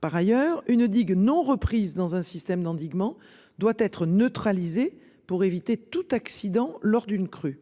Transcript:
Par ailleurs, une digue non reprise dans un système d'endiguement doit être neutralisée pour éviter tout accident lors d'une crue